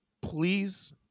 Please